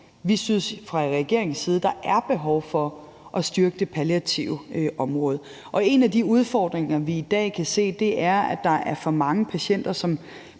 Vi synes fra regeringens side, at der er behov for at styrke det palliative område. Og en af de udfordringer, vi i dag kan se, er, at der er for mange patienter,